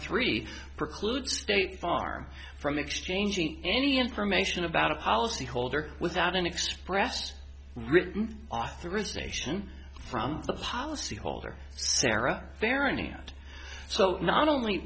three precludes state farm from exchanging any information about a policy holder without an expressed written authorization from the policy holder tara barony and so not only